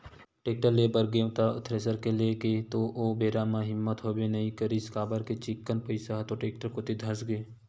tractor ले बर गेंव त थेरेसर के लेय के तो ओ बेरा म हिम्मत होबे नइ करिस काबर के चिक्कन पइसा ह तो टेक्टर कोती धसगे